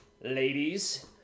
ladies